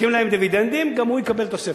מחלקים להם דיבידנדים, גם הוא יקבל תוספת.